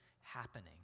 happening